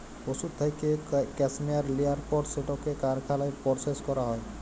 পশুর থ্যাইকে ক্যাসমেয়ার লিয়ার পর সেটকে কারখালায় পরসেস ক্যরা হ্যয়